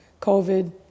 COVID